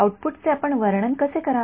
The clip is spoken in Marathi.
आउटपुट चे आपण वर्णन कसे कराल